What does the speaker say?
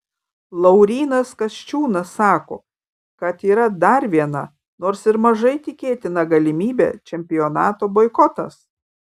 laurynas kasčiūnas sako kad yra dar viena nors ir mažai tikėtina galimybė čempionato boikotas